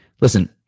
Listen